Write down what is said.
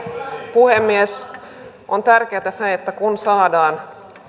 puhemies on tärkeätä se että kun saadaan